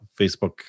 Facebook